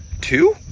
Two